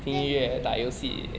这样你